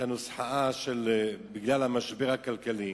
הנוסחה: בגלל המשבר הכלכלי.